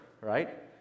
right